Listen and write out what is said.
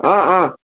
অঁ অঁ